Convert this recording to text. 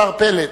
השר פלד,